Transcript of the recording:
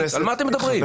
על מה אתם מדברים?